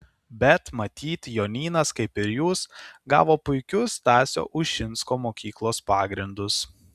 bet matyt jonynas kaip ir jūs gavo puikius stasio ušinsko mokyklos pagrindus